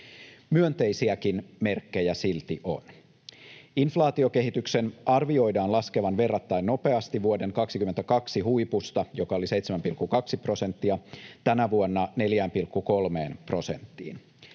Myönteisiäkin merkkejä silti on. Inf-laatiokehityksen arvioidaan laskevan verrattain nopeasti vuoden 22 huipusta — joka oli 7,2 prosenttia — tänä vuonna 4,3 prosenttiin.